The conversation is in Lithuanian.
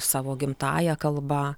savo gimtąja kalba